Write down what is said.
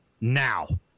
now